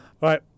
right